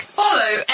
follow